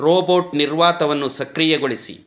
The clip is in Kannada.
ರೋಬೋಟ್ ನಿರ್ವಾತವನ್ನು ಸಕ್ರಿಯಗೊಳಿಸಿ